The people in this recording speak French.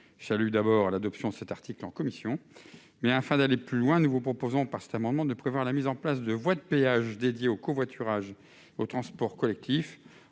salue, d'abord, l'adoption de cet article en commission. Mais afin d'aller plus loin, nous vous proposons de prévoir, par cet amendement, la mise en place de voies de péage réservées au covoiturage et aux transports collectifs.